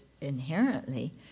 inherently